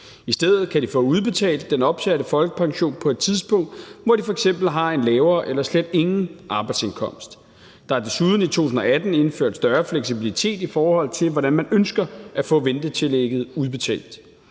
I stedet kan de få udbetalt den opsatte folkepension på et tidspunkt, hvor de f.eks. har en lavere eller slet ingen arbejdsindkomst. Der er desuden i 2018 indført større fleksibilitet, i forhold til hvordan man ønsker at få ventetillægget udbetalt,